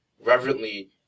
reverently